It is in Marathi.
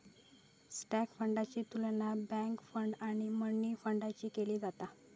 स्टॉक फंडाची तुलना बाँड फंड आणि मनी फंडाशी केली जाता